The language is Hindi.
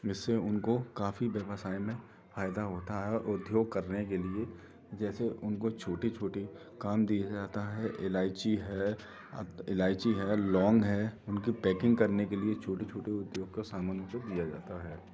जिससे उनको काफ़ी व्यवसाय में फ़ायदा होता है और उद्योग करने के लिए जैसे उनको छोटा छोटा काम दिया जाता है एलाईची है एलाईची है लौंग है उनकी पैकिंग करने के लिए छोटे छोटे उद्योग का सामान उनको दिया जाता है